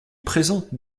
présente